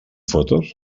fotos